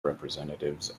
representatives